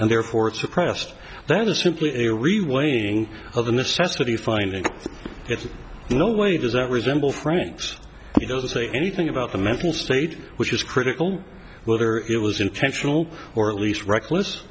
and therefore it suppressed that is simply a re weighing of the necessity finding it's in no way does that resemble franks he doesn't say anything about the mental state which is critical whether it was intentional or at least reckless